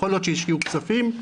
יכול להיות שהשקיעו כספים,